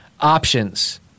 Options